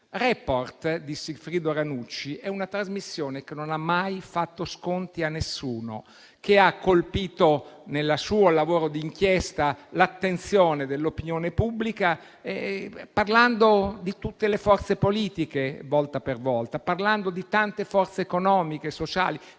«Report» di Sigfrido Ranucci è una trasmissione che non ha mai fatto sconti a nessuno, che ha colpito nel suo lavoro di inchiesta l'attenzione dell'opinione pubblica parlando di tutte le forze politiche volta per volta, parlando di tante forze economiche e sociali,